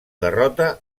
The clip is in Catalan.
derrota